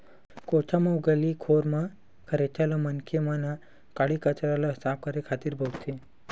कोठा म अउ गली खोर म खरेटा ल मनखे मन ह काड़ी कचरा ल साफ करे खातिर बउरथे